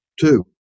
two